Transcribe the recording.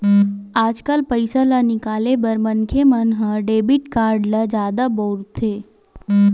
आजकाल पइसा ल निकाले बर मनखे मन ह डेबिट कारड ल जादा बउरथे